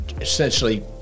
essentially